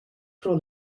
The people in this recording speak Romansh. pro